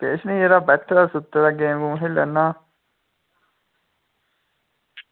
किश निं यरा बैठे दा सुत्ते दा गेम खेल्ला करना